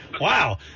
Wow